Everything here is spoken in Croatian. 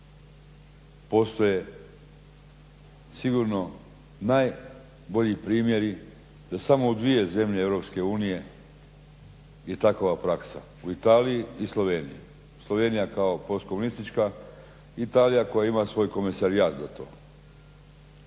Postoje sigurno najbolji primjeri da samo u dvije zemlje EU je takva praksa, u Italiji i Sloveniji. Slovenija kao postkomunistička i Italija koja ima svoj komesarijat za to.